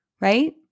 right